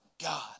God